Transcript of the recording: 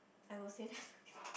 I will say that to people